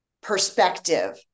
perspective